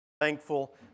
Thankful